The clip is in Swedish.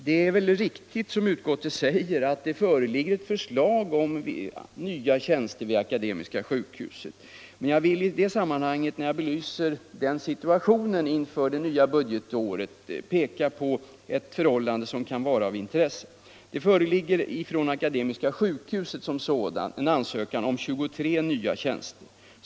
Det är riktigt som utskottet säger att det föreligger ett förslag om nya tjänster vid Akademiska sjukhuset. Jag vill, när jag belyser situationen inför det nya budgetåret, peka på ett förhållande som kan vara av intresse. Det föreligger från Akademiska sjukhuset en ansökan om 23 nya tjänster.